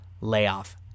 Layoff